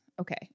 Okay